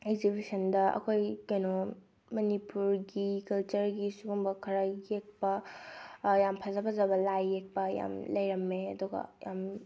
ꯑꯦꯛꯖꯤꯕꯤꯁꯟꯗ ꯑꯩꯈꯣꯏ ꯀꯩꯅꯣ ꯃꯅꯤꯄꯨꯔꯒꯤ ꯀꯜꯆꯔꯒꯤ ꯁꯤꯒꯨꯝꯕ ꯈꯔ ꯌꯦꯛꯄ ꯌꯥꯝ ꯐꯖ ꯐꯖꯕ ꯂꯥꯏ ꯌꯦꯛꯄ ꯌꯥꯝ ꯂꯩꯔꯝꯃꯦ ꯑꯗꯨꯒ ꯌꯥꯝ